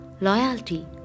Loyalty